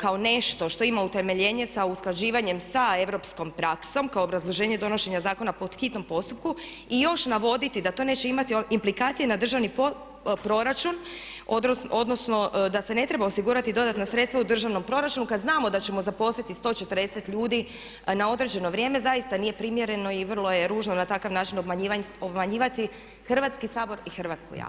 kao nešto što ima utemeljenje sa usklađivanjem sa europskom praksom kao obrazloženje donošenja Zakona po hitnom postupku i još navoditi da to neće imati implikacije na državni proračun, odnosno da se ne treba osigurati dodatna sredstva u državnom proračunu kad znamo da ćemo zaposliti 140 ljudi na određeno vrijeme zaista nije primjereno i vrlo je ružno na takav način obmanjivati Hrvatski sabor i hrvatsku javnost.